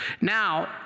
Now